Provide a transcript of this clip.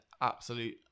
absolute